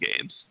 games